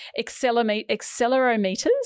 accelerometers